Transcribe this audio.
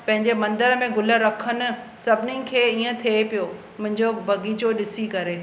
पंहिंजे मंदर में गुल रखनि सभिनीनि खे ईअं थिए पियो मुंहिंजो बगीचो ॾिसी करे